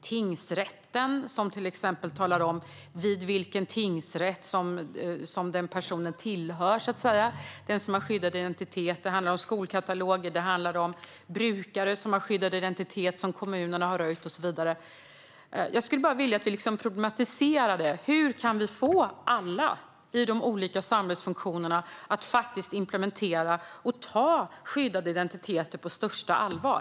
Det gäller till exempel tingsrätter som talar om vilken tingsrätt en person med skyddad identitet hör till, så att säga. Det handlar om skolkataloger, och det handlar om brukare med skyddad identitet som kommunen har röjt och så vidare. Jag skulle bara vilja att vi problematiserade detta. Hur kan vi få alla i de olika samhällsfunktionerna att faktiskt implementera detta och ta skyddade identiteter på största allvar?